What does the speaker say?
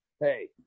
hey